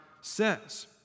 says